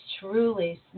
truly